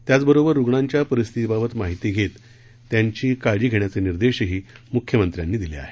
त्याचबरोबर रुग्णांच्या परिस्थितीबाबत माहिती घेत त्यांची काळजी घेण्याचे निर्देशही मुख्यमंत्र्यांनी दिले आहेत